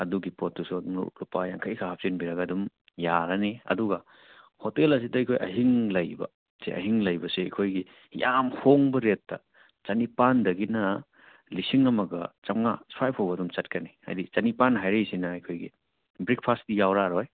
ꯑꯗꯨꯒꯤ ꯄꯣꯠꯇꯨꯁꯨ ꯑꯗꯨꯝ ꯂꯨꯄꯥ ꯌꯥꯡꯈꯩꯈꯛ ꯍꯥꯞꯆꯤꯟꯕꯤꯔꯒ ꯑꯗꯨꯝ ꯌꯥꯔꯅꯤ ꯑꯗꯨꯒ ꯍꯣꯇꯦꯜ ꯑꯁꯤꯗ ꯑꯩꯈꯣꯏ ꯑꯍꯤꯡ ꯂꯩꯕꯁꯦ ꯑꯍꯤꯡ ꯂꯩꯕꯁꯦ ꯑꯩꯈꯣꯏꯒꯤ ꯌꯥꯝ ꯍꯣꯡꯕ ꯔꯦꯠꯇ ꯆꯅꯤꯄꯥꯜꯗꯒꯤꯅ ꯂꯤꯁꯤꯡ ꯑꯃꯒ ꯆꯃꯉꯥ ꯁ꯭ꯋꯥꯏꯐꯥꯎꯕ ꯑꯗꯨꯝ ꯆꯠꯀꯅꯤ ꯍꯥꯏꯗꯤ ꯆꯅꯤꯄꯥꯜ ꯍꯥꯏꯔꯛꯏꯁꯤꯅ ꯑꯩꯈꯣꯏꯒꯤ ꯕ꯭ꯔꯦꯛꯐꯥꯔꯁꯇꯤ ꯌꯥꯎꯔꯛꯑꯔꯣꯏ